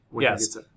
Yes